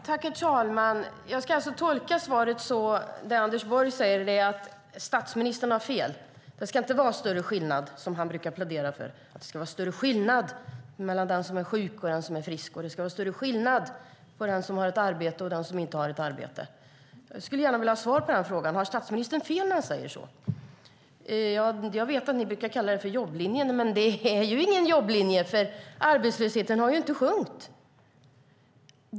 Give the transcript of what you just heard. Herr talman! Jag ska alltså tolka det Anders Borg säger som att statsministern har fel; det ska inte vara större skillnad. Statsministern brukar plädera för det: Det ska vara större skillnad mellan den som är sjuk och den som är frisk! Det ska vara större skillnad mellan den som har ett arbete och den som inte har ett arbete! Jag skulle gärna vilja ha svar på frågan om statsministern har fel när han säger så. Jag vet att ni brukar kalla det "jobblinjen", men det är ju ingen jobblinje - arbetslösheten har inte sjunkit.